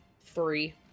three